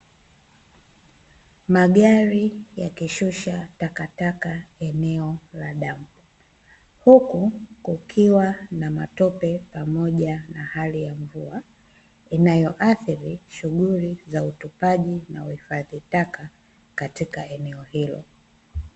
Magari yakishusha takataka eneo la dampo. Huku kukiwa na matope pamoja na hali ya mvua inayoathiri shughuli za utupaji na uhifadhi taka katika eneo hilo.